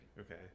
okay